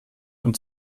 und